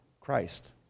Christ